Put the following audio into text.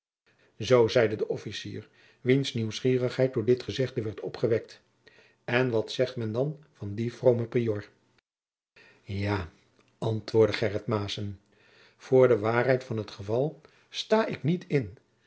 zoo zeide de officier wiens nieuwsgierigheid door dit gezegde werd opgewekt en wat zegt men dan van dien vroomen prior jaô antwoordde gheryt maessen voor de waôrheid van het geval staô ik niet in